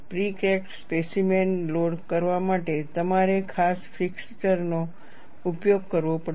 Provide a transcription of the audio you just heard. pre cracked specimen load કરવા માટે તમારે ખાસ ફિક્સચરનો ઉપયોગ કરવો પડશે